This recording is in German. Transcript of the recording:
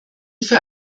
für